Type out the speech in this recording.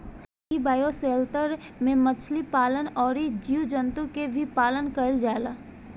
इ बायोशेल्टर में मछली पालन अउरी जीव जंतु के भी पालन कईल जाला